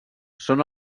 són